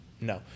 No